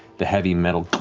the heavy metal